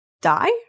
die